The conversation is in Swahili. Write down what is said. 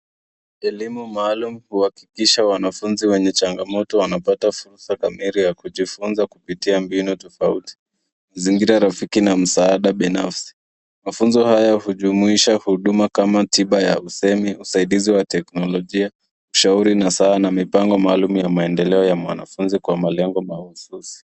Elimu maalum huhakikisha wanafunzi wenye changamoto wanapata fursa kamili ya kujifunza kupitia mbinu tofauti mazingira, rafiki na msaada binafsi. Mafunzo haya hujumisha huduma kama tiba ya usemi, usaidizi wa teknolojia, ushauri nasaha na mipango maalum ya maendeleo ya mwanafunzi kwa malengo mahususi.